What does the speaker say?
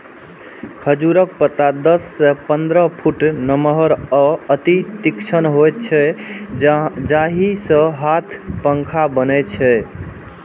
खजूरक पत्ता दस सं पंद्रह फुट नमहर आ अति तीक्ष्ण होइ छै, जाहि सं हाथ पंखा बनै छै